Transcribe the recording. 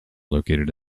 located